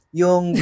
yung